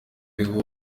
ariwo